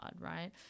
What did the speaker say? Right